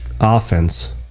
offense